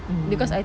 mm